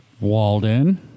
Walden